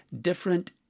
different